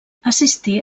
assistí